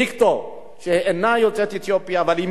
שאינה יוצאת אתיופיה אבל היא מזדהה אתם,